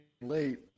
late